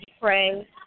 pray